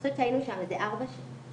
אני חושבת שהיינו שם איזה שלוש שעות,